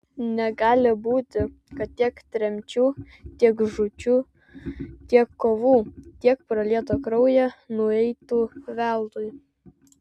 negali būti kad tiek tremčių tiek žūčių tiek kovų tiek pralieto kraujo nueitų veltui